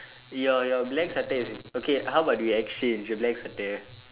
your your black sweater is it okay how about we exchange the black sweater